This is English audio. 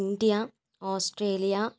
India Australia